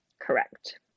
Correct